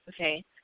okay